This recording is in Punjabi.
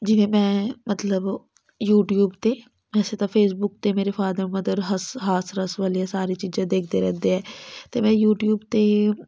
ਜਿਵੇਂ ਮੈਂ ਮਤਲਬ ਯੂਟੀਊਬ 'ਤੇ ਵੈਸੇ ਤਾਂ ਫੇਸਬੁੱਕ 'ਤੇ ਮੇਰੇ ਫਾਦਰ ਮਦਰ ਹੱਸ ਹਾਸ ਰਸ ਵਾਲੀਆਂ ਸਾਰੀ ਚੀਜ਼ਾਂ ਦੇਖਦੇ ਰਹਿੰਦੇ ਹੈ ਅਤੇ ਮੈਂ ਯੂਟੀਊਬ 'ਤੇ